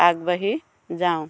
আগবাঢ়ি যাওঁ